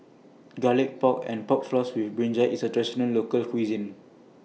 Garlic Pork and Pork Floss with Brinjal IS A Traditional Local Cuisine